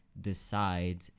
decide